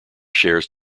shares